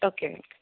okay ma'am